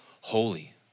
holy